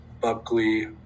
Buckley